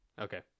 Okay